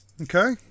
Okay